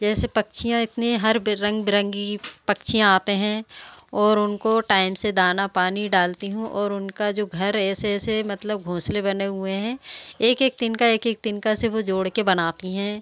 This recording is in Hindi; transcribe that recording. जैसे पक्षियाँ इतने हर रंग बिरंगी पक्षियाँ आते हैं और उनको टाइम से दाना पानी डालती हूँ और उनका जो घर ऐसे ऐसे मतलब घोंसले बने हुए हैं एक एक तिनका एक एक तिनका से वह जोड़कर बनाती हैं